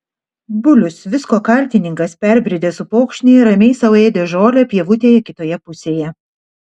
bulius visko kaltininkas perbridęs upokšnį ramiai sau ėdė žolę pievutėje kitoje pusėje